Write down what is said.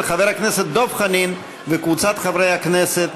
של חבר הכנסת דב חנין וקבוצת חברי הכנסת.